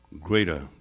greater